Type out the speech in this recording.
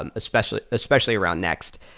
um especially especially around next.